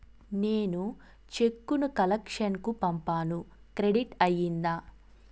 నేను చెక్కు ను కలెక్షన్ కు పంపాను క్రెడిట్ అయ్యిందా